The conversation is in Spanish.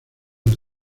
las